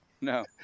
No